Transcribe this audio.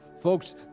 Folks